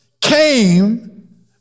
came